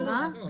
מה?